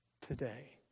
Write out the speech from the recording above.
today